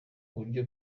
buryo